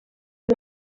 uyu